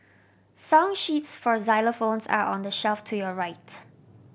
song sheets for xylophones are on the shelf to your right